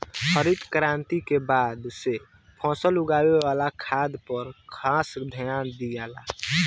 हरित क्रांति के बाद से फसल उगावे ला खाद पर खास ध्यान दियाला